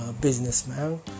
Businessman